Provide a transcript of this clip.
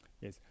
Yes